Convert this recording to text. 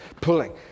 pulling